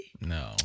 no